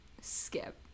skip